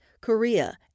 Korea